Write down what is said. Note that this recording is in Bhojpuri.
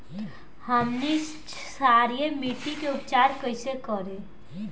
हमनी क्षारीय मिट्टी क उपचार कइसे करी?